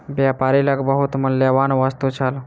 व्यापारी लग बहुत मूल्यवान वस्तु छल